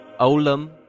Olam